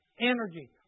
energy